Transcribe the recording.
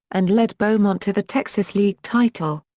and led beaumont to the texas league title.